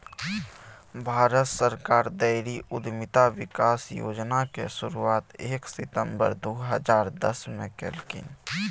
भारत सरकार डेयरी उद्यमिता विकास योजनाक शुरुआत एक सितंबर दू हजार दसमे केलनि